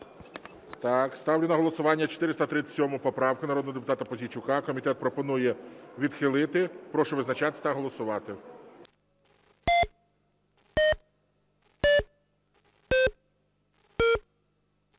Так, ставлю на голосування 437 поправку народного депутата Пузійчука. Комітет пропонує відхилити. Прошу визначатися та голосувати.